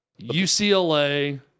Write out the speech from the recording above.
UCLA